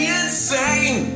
insane